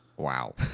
wow